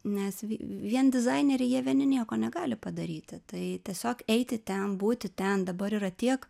nes vien dizaineriai jie vieni nieko negali padaryti tai tiesiog eiti ten būti ten dabar yra tiek